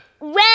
red